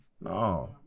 No